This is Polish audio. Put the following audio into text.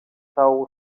całą